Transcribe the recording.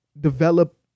develop